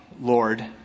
Lord